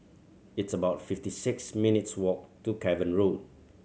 it's about fifty six minutes' walk to Cavan Road